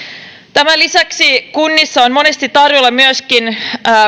tämän lisäksi kunnissa on monesti tarjolla myöskin